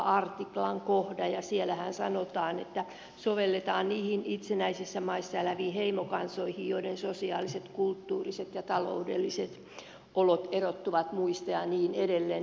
artiklan kohdan ja siellähän sanotaan että sovelletaan niihin itsenäisissä maissa eläviin heimokansoihin joiden sosiaaliset kulttuuriset ja taloudelliset olot erottuvat muista ja niin edelleen